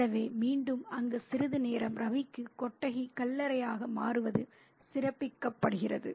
எனவே மீண்டும் அங்கு சிறிது நேரம் ரவிக்கு கொட்டகை ஒரு கல்லறையாக மாறுவது சிறப்பிக்கப்படுகிறது